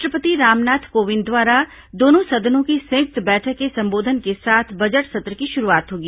राष्ट्रपति रामनाथ कोविंद द्वारा दोनों सदनों की संयुक्त बैठक के संबोधन के साथ बजट सत्र की शुरूआत होगी